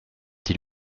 dit